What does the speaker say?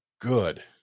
good